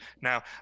Now